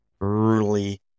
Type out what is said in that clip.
early